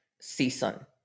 season